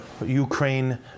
ukraine